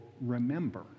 remember